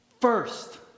First